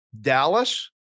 Dallas